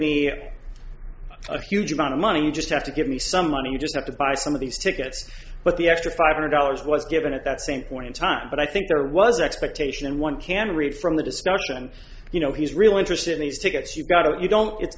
me a huge amount of money you just have to give me some money you just have to buy some of these tickets but the extra five hundred dollars was given at that same point in time but i think there was expectation and one can read from the discussion you know he's real interested in these tickets you got it you don't it's